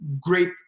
great